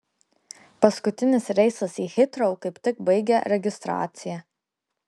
paskutinis reisas į hitrou kaip tik baigė registraciją